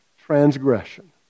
transgression